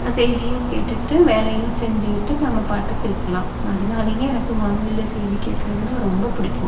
செய்தியும் கேட்டுட்டு வேலையும் செஞ்சிக்கிட்டு நம்ம பாட்டுக்கு இருக்கலாம் அதனாலேயே எனக்கு வானொலியில் செய்தி கேட்குறதுனா ரொம்ப பிடிக்கும்